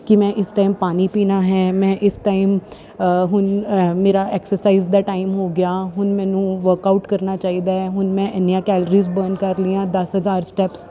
ਕਿ ਮੈਂ ਇਸ ਟਾਈਮ ਪਾਣੀ ਪੀਣਾ ਹੈ ਮੈਂ ਇਸ ਟਾਈਮ ਹੁਣ ਮੇਰਾ ਐਕਸਰਸਾਈਜ਼ ਦਾ ਟਾਈਮ ਹੋ ਗਿਆ ਹੁਣ ਮੈਨੂੰ ਵਰਕਆਊਟ ਕਰਨਾ ਚਾਹੀਦਾ ਹੁਣ ਮੈਂ ਇੰਨੀਆਂ ਕੈਲੋਰੀਜ ਬਰਨ ਕਰ ਲਈਆਂ ਦਸ ਹਜ਼ਾਰ ਸਟੈਪਸ